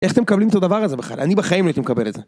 איך אתם מקבלים את הדבר הזה בכלל? אני בחיים לא הייתי מקבל את זה.